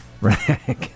Right